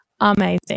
amazing